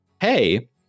hey